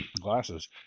glasses